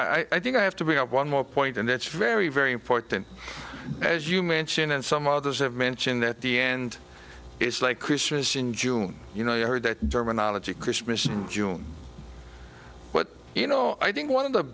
but i think i have to bring up one more point and that's very very important as you mention and some others have mentioned at the end it's like christmas in june you know you heard that terminology christmas in june but you know i think one of the